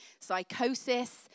psychosis